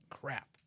Crap